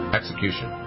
execution